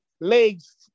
legs